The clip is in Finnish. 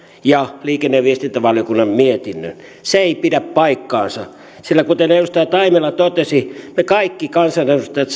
ja liikenne ja viestintävaliokunnan mietinnön se ei pidä paikkaansa sillä kuten edustaja taimela totesi me kaikki kansanedustajat